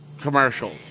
commercial